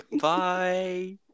Bye